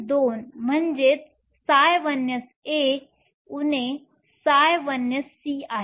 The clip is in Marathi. तर ψ2 म्हणजेच ψ1sA ψ1sC आहे